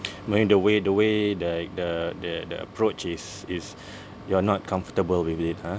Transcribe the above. maybe the way the way like the the approach is is you're not comfortable with it ha